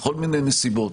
בכל מיני נסיבות,